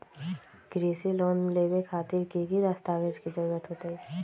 कृषि लोन लेबे खातिर की की दस्तावेज के जरूरत होतई?